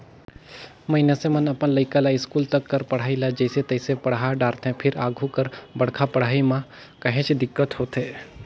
मइनसे मन अपन लइका ल इस्कूल तक कर पढ़ई ल जइसे तइसे पड़हा डारथे फेर आघु कर बड़का पड़हई म काहेच दिक्कत होथे